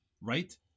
right